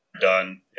done